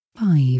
Five